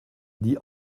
dit